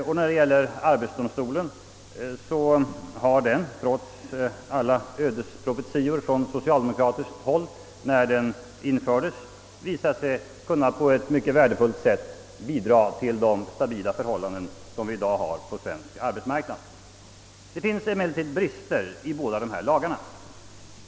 Och arbetsdomstolen har — trots alla ödesmättade profetior från socialdemokratiskt håll när den infördes — visat sig på ett mycket värdefullt sätt kunna bidra till de stabila förhållanden som vi i dag har på vår arbetsmarknad. Det finns emellertid brister i båda dessa lagar.